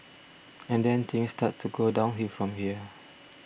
and then things start to go downhill from here